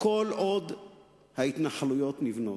כל עוד ההתנחלויות נבנות.